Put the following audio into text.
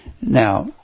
Now